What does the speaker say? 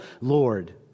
Lord